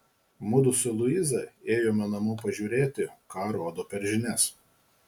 mudu su luiza ėjome namo pažiūrėti ką rodo per žinias